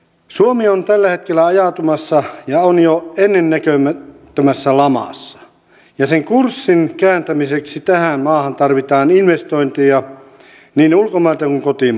suomi on tällä hetkellä ajautumassa ja on jo ennennäkemättömässä lamassa ja sen kurssin kääntämiseksi tähän maahan tarvitaan investointeja niin ulkomailta kuin kotimaasta